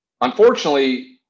Unfortunately